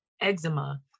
eczema